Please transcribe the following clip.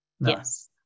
Yes